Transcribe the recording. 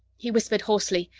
he whispered hoarsely,